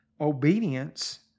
obedience